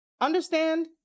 understand